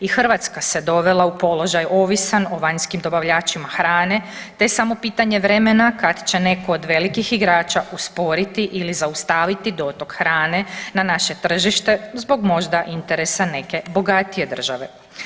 I Hrvatska se dovela u položaj ovisan o vanjskim dobavljačima hrane te je samo pitanje vremena kad će netko od velikih igrača usporiti ili zaustaviti dotok hrane na naše tržište zbog možda interesa neke bogatije države.